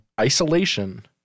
isolation